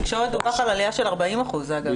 בתקשורת דווח על עליה של 40% אגב.